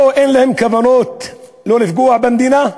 אין להם כוונות לפגוע במדינה,